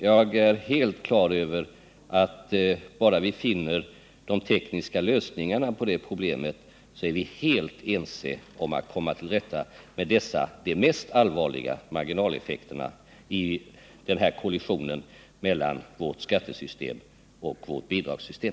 Jag är helt på det klara med, att om vi bara finner de tekniska lösningarna på problemet, är vi helt eniga om hur vi skall komma till rätta med dessa de mest allvarliga marginaleffekterna vid kollisionen mellan vårt skattesystem och vårt bidragssystem.